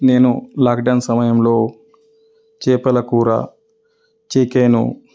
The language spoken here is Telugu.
నేను లాక్డౌన్ సమయంలో చేపలకూర చికెను